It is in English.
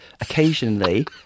occasionally